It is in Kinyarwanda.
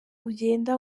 ugenda